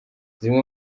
zimwe